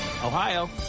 Ohio